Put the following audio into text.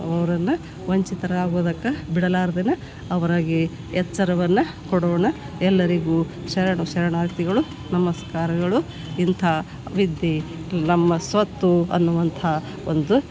ಅವರನ್ನ ವಂಚಿತರಾಗುದಕ್ಕೆ ಬಿಡಲಾರ್ದೆನ ಅವರಾಗಿ ಎಚ್ಚರವನ್ನು ಕೊಡೋಣ ಎಲ್ಲರಿಗೂ ಶರಣು ಶರಣಾರ್ಥಿಗಳು ನಮಸ್ಕಾರಗಳು ಇಂಥ ವಿದ್ಯೆ ನಮ್ಮ ಸ್ವತ್ತು ಅನ್ನುವಂಥ ಒಂದು